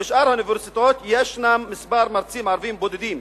ובשאר האוניברסיטאות יש מרצים ערבים בודדים.